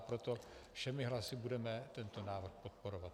Proto všemi hlasy budeme tento návrh podporovat.